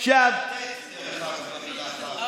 גם להוריד את הטי"ת במילה חרטא.